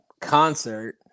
concert